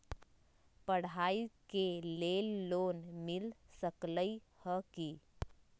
पढाई के लेल लोन मिल सकलई ह की?